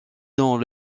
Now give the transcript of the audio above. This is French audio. dans